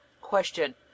Question